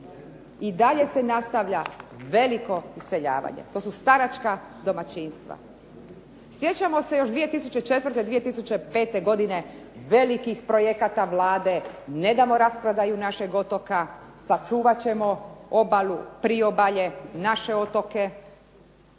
i dalje se nastavlja veliko iseljavanje, to su staračka domaćinstva. Sjećamo se još 2004., 2005. godine velikih projekata Vlade, ne damo rasprodaju našeg otoka, sačuvat ćemo obalu, priobalje, naše otoke.